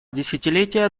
десятилетия